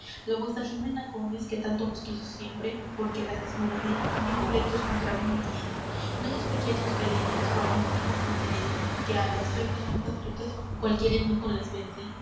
vuesa jimena gómez que tanto vos quiso siempre porque la desmaridé mil pleitos contra mí tiene non escuchéis sus querellas cuando á mí las enderece que á las fembras más astutas cualquier enojo las vence